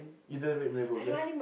you don't read Malay books ah